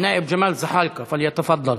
אל-נאאב ג'מאל זחאלקה, תפאדל.